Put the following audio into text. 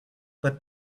but